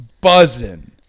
buzzing